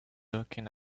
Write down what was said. looking